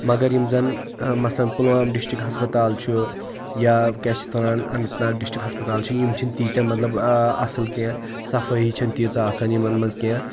مگر یِم زَن مَثلن پُلوامہ ڈِسٹرک ہَسپَتال چھُ یا کیاہ چھِ اتھ وَنان اَنَنت ناگ ڈِسٹرک ہَسپَتال چھُ یِم چھِ نہٕ تیٖتیاہ مَطلَب اصل کینٛہہ صَفٲیی چھَنہٕ تیٖژاہ آسان یِمَن مَنٛز کینٛہہ